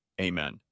Amen